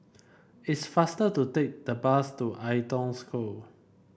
it's faster to take the bus to Ai Tong School